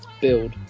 build